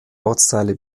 ortsteile